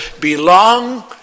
belong